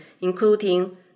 including